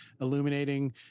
illuminating